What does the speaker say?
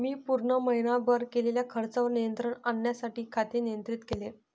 मी पूर्ण महीनाभर केलेल्या खर्चावर नियंत्रण आणण्यासाठी खाते नियंत्रित केले